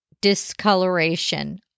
discoloration